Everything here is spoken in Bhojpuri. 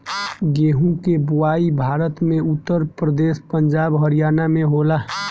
गेंहू के बोआई भारत में उत्तर प्रदेश, पंजाब, हरियाणा में होला